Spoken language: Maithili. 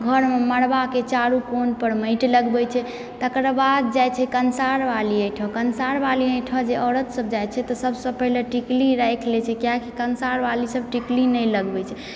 घरमे मरबा के चारू कोन पर माटि लगबै छै तकर बाद जाइ छै कंसार बाली ओहिठमा कंसार बाली ओहिठाम जे औरत सब जाइ छै तऽ सब सऽ पहिले टिकली राखि लै छै कियाकि कंसार बाली सब टिकली नहि लगबै छै